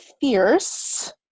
Fierce